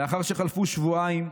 לאחר שחלפו שבועיים,